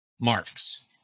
marx